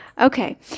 Okay